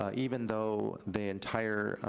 ah even though the entire,